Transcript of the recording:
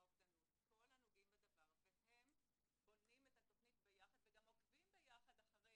אובדנות והם בונים את התוכנית ביחד וגם עוקבים ביחד אחרי,